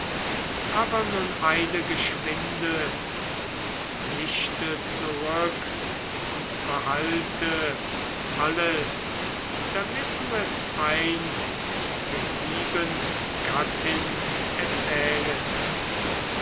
aber nun eile geschwinde zum lichte zurück und behalte alles damit du es einst der lieben gattin erzählest